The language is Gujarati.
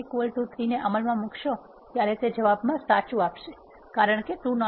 3 ને અમલમાં મૂકશો ત્યારે તે જવાબમાં સાચુ આપશે કારણ કે 2